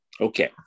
okay